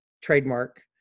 trademark